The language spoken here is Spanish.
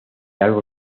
algo